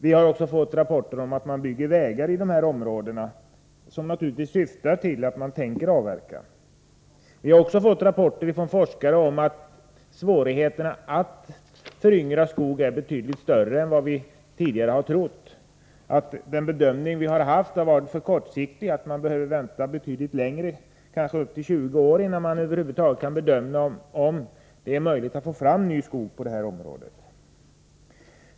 Vi har också fått rapporter om att man bygger vägar i områdena, vilket naturligtvis visar att man tänker avverka. Vi har vidare fått rapporter från forskare om att svårigheterna att föryngra skog är betydligt större än vi tidigare trott. Den bedömning vi har haft har varit för kortsiktig; man behöver vänta betydligt längre — kanske upp till 20 år — innan man över huvud taget kan bedöma om det är möjligt att få fram ny skog på sådana här områden.